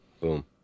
Boom